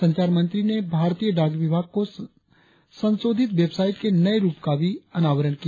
संचार मंत्री ने भारतीय डाक विभाग की संशोधित वेबसाइट के नये रुप का भी अनावरण किया